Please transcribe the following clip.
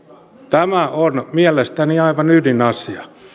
tämä on mielestäni aivan ydinasia